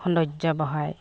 সৌন্দৰ্য বঢ়ায়